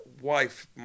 wife